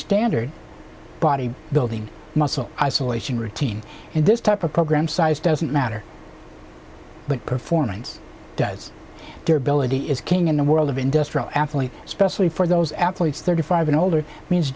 standard body building muscle isolation routine and this type of program size doesn't matter but performance does durability is king in the world of industrial athlete especially for those athletes thirty five and older means